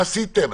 מה עשיתם?